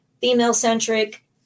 female-centric